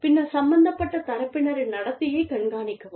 பின்னர் சம்பந்தப்பட்ட தரப்பினரின் நடத்தையைக் கண்காணிக்கவும்